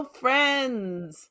friends